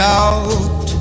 out